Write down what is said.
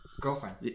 girlfriend